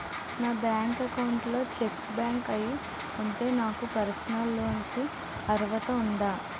నా bank account లో cheque bounce అయ్యి ఉంటే నాకు పర్సనల్ లోన్ కీ అర్హత ఉందా?